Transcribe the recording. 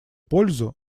пользу